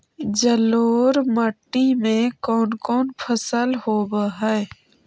जलोढ़ मट्टी में कोन कोन फसल होब है?